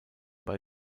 bei